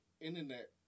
internet